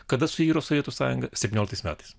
kada suiro sovietų sąjunga septynioliktais metais